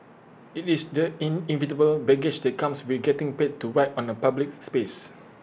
IT is the inevitable baggage that comes with getting paid to write on A public space